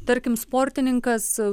tarkim sportininkas